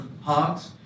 hogs